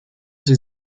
sie